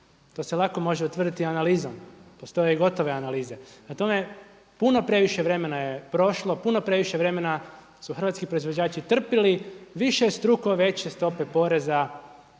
to se lako može utvrditi analizom, postoje i gotove analizom. Prema tome, puno previše vremena je prošlo, puno previše vremena su hrvatski proizvođači trpili višestruko veće stope poreza